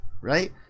right